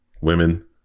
women